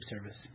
service